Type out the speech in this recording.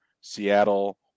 Seattle